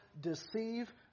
deceive